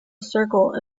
circle